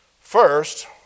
first